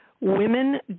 Women